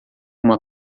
uma